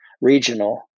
regional